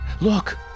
Look